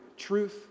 truth